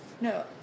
no